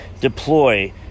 deploy